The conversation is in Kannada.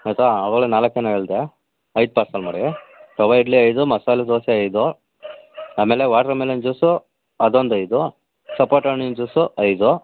ಆಯಿತಾ ಅವಾಗ್ಲೇ ನಾಲ್ಕು ಏನೋ ಹೇಳ್ದೆ ಐದು ಪಾರ್ಸಲ್ ಮಾಡಿ ರವೆ ಇಡ್ಲಿ ಐದು ಮಸಾಲೆ ದೋಸೆ ಐದು ಆಮೇಲೆ ವಾಟ್ರ್ಮೆಲನ್ ಜ್ಯೂಸು ಅದೊಂದು ಐದು ಸಪೋಟ ಹಣ್ಣಿನ ಜ್ಯೂಸು ಐದು